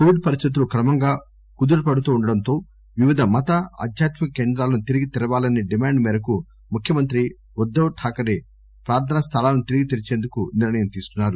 Covid పరిస్థితులు క్రమంగా కుదుటపడుతుండడంతో వివిధ మత ఆధ్యాత్మిక కేంద్రాలను తిరిగి తెరవాలసే డిమాండ్ మేరకు ముఖ్యమంత్రి ఉద్దవ్ థాక్తే ప్రార్ధనా స్థలాలను తిరిగి తెరిచేందుకు నిర్ణయం తీసుకున్నారు